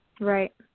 Right